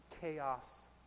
chaos